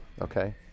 Okay